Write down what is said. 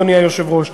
אדוני היושב-ראש?